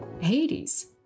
Hades